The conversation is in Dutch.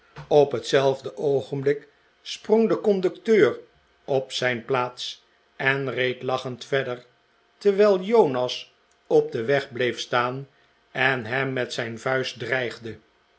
op hetzelfde oogenblik sprong de conducteur op zijn plaats en reed lachend verder terwijl jonas op den weg bleef staan en hem met zijn vuist dreigde